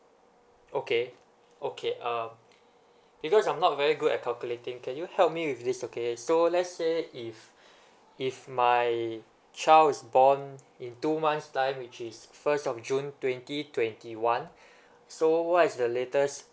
okay okay uh because I'm not very good at calculating can you help me with this okay so let's say if if my child is born in two months' time which is first of june twenty twenty one so what is the latest